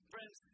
Friends